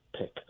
pick